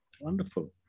Wonderful